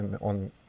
on